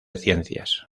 ciencias